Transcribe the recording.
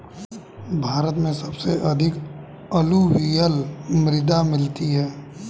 भारत में सबसे अधिक अलूवियल मृदा मिलती है